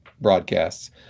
broadcasts